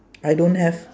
I don't have